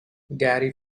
gary